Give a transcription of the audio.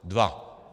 Dva.